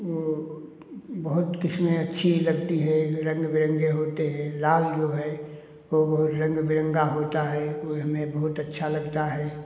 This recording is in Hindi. वो बहुत किस्में अच्छी लगती है जो रंग बिरंगे होते हैं लाल जो है वो बहुत रंग बिरंगा होता है वो हमें बहुत अच्छा लगता है